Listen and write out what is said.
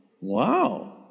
Wow